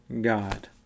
God